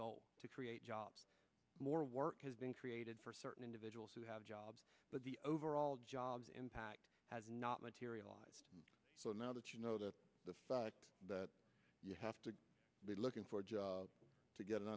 goal to create jobs more work has been created for certain individuals who have jobs but the overall jobs impact has not materialized so now that you know the fact that you have to be looking for jobs to get